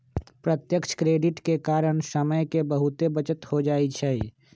प्रत्यक्ष क्रेडिट के कारण समय के बहुते बचत हो जाइ छइ